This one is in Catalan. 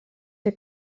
ser